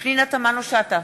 פנינה תמנו-שטה,